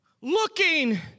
looking